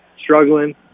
struggling